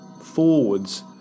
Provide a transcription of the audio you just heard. forwards